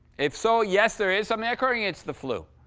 if so, yes, there is something occurring. it's the flu.